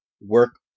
work